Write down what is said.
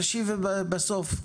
תשיב בסוף,